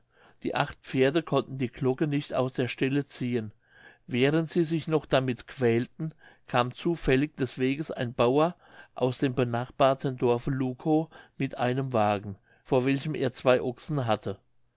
die acht pferde konnten die glocke nicht aus der stelle ziehen während sie sich noch damit quälten kam zufällig des weges ein bauer aus dem benachbarten dorfe lukow mit einem wagen vor welchem er zwei ochsen hatte